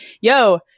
yo